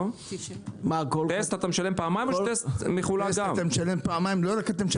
טסט, אתה משלם פעמיים או שהוא מחולק גם?